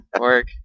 work